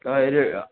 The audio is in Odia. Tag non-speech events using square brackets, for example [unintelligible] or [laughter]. [unintelligible]